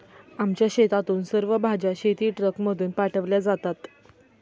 आमच्या शेतातून सर्व भाज्या शेतीट्रकमधून पाठवल्या जातात